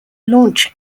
launch